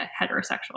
heterosexual